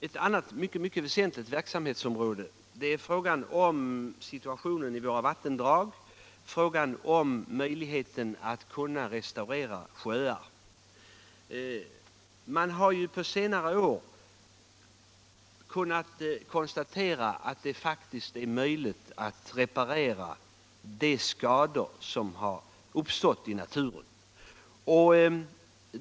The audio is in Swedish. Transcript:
Ett annat mycket väsentligt verksamhetsområde är möjligheten att restaurera sjöar. Man har på senare år kunnat konstatera att det faktiskt är möjligt att reparera de skador som uppstått i naturen.